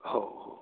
हो हो